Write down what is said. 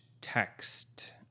text